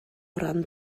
ran